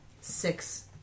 Six